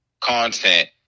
content